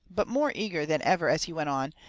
but more eager than ever as he went on,